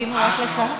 חיכינו רק לך.